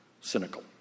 cynical